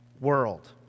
world